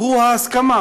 הוא ההסכמה: